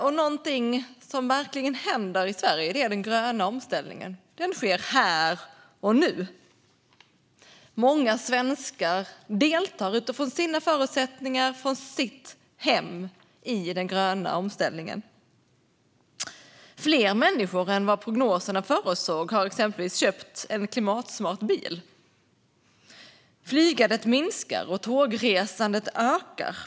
Och någonting som verkligen händer i Sverige är den gröna omställningen. Den sker här och nu. Många svenskar deltar utifrån sina förutsättningar och från sitt hem i den gröna omställningen. Fler än prognoserna förutsåg har till exempel köpt en klimatsmart bil. Flygandet minskar, och tågresandet ökar.